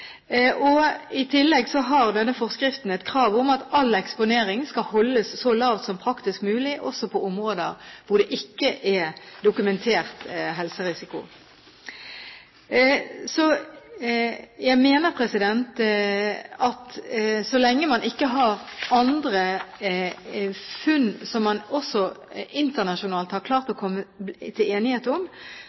I tillegg har denne forskriften et krav om at all eksponering skal holdes så lav som praktisk mulig, også på områder hvor det ikke er dokumentert helserisiko. Jeg mener at så lenge man ikke har andre funn som man også internasjonalt har klart å komme til enighet om,